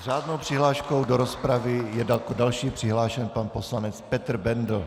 S řádnou přihláškou do rozpravy je další přihlášen pan poslanec Petr Bendl.